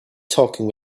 talking